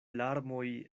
larmoj